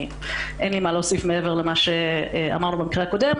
אין לי מה להוסיף מעבר למה שאמרנו במקרה הקודם.